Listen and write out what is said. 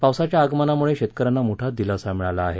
पावसाच्या आगमनामुळे शेतकऱ्यांना मोठा दिलासा मिळाला आहे